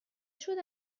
شده